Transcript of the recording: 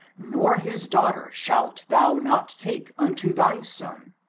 nor his daughter shalt thou not take unto thy son.